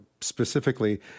specifically